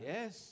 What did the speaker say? Yes